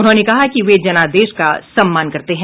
उन्होंने कहा कि वे जनादेश का सम्मान करते हैं